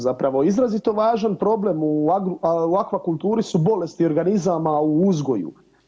Zapravo izrazito važan problem u aquakulturi su bolesti organizama u uzgoju.